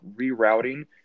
Rerouting